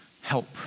help